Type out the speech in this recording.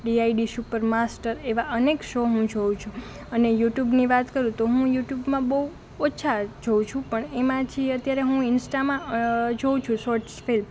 DID super master એવા અનેક show હું જોઉં છું અને યુટ્યૂબની વાત કરું તો હું યુટ્યૂબમાં બહુ ઓછા જોઉં છું પણ એમાંથી હું અતયારે ઇન્સ્ટામાં જોઉં છું શોર્ટ્સ ફિલ્મ